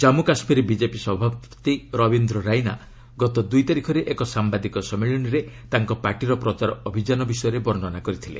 Jammu Kashmir BJP ସଭାପତି ରବୀନ୍ଦ୍ର ରାଇନା ଗତ ଦୂଇ ତାରିଖରେ ଏକ ସାମ୍ଭାଦିକ ସମ୍ମିଳନୀରେ ତାଙ୍କ ପାର୍ଟିର ପ୍ରଚାର ଅଭିଯାନ ବିଷୟରେ ବର୍ଷ୍ଣନା କରିଥିଲେ